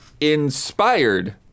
inspired